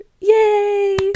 Yay